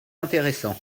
intéressant